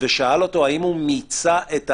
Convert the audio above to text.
ושאל אותו האם הוא מיצה את ההליך.